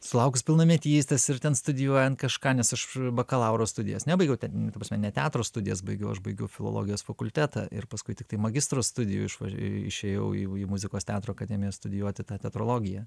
sulauks pilnametystės ir ten studijuojant kažką nes aš bakalauro studijas nebaigiau ten ta prasme ne teatro studijas baigiau aš baigiu filologijos fakultetą ir paskui tiktai magistro studijų išvaž išėjau į muzikos teatro akademiją studijuoti tą teatrologiją